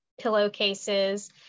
pillowcases